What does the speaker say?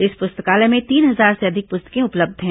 इस पुस्तकालय में तीन हजार से अधिक पुस्तकें उपलब्ध हैं